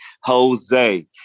Jose